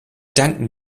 danken